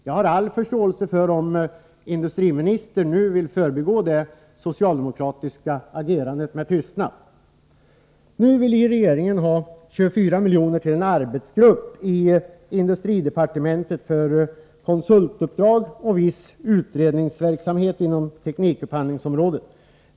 Jag har all förståelse för om industriministern vill förbigå det socialdemokratiska agerandet med tystnad. Nu vill regeringen ha 24 milj.kr. till en arbetsgrupp i industridepartementet för konsultuppdrag och viss utredningsverksamhet inom teknikupphandlingsområdet.